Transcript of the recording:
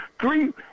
three